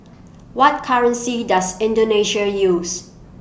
What currency Does Indonesia use